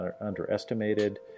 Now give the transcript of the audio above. underestimated